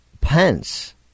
Pence